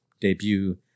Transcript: debut